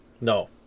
No